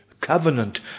covenant